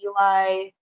Eli